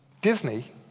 Disney